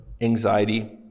anxiety